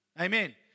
Amen